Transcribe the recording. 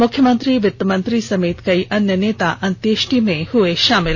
मुख्यमंत्री वित्तमंत्री समेत कई अन्य नेता अंतयेष्टि में हुए शामिल